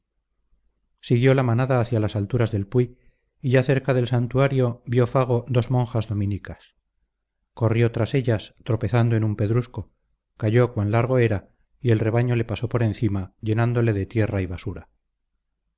siguió la manada hacia las alturas del puy y ya cerca del santuario vio fago dos monjas dominicas corrió tras ellas tropezando en un pedrusco cayó cuan largo era y el rebaño le pasó por encima llenándole de tierra y basura